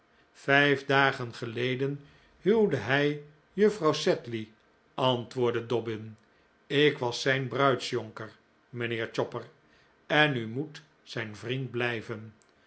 vijf dagen geleden huwde hij juffrouw sedley antwoordde dobbin ik was zijn bruidsjonker mijnheer chopper en u moet zijn vriend blijven